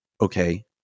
okay